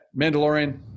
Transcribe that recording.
Mandalorian